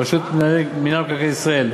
רשות מקרקעי ישראל,